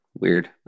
weird